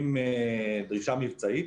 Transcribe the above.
עם דרישה מבצעית,